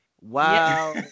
Wow